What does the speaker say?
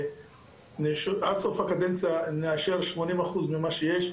עד סוף הקדנציה נאשר 80% ממה שיש,